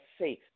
safe